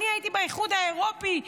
אני הייתי באיחוד האירופי,